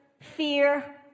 fear